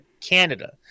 Canada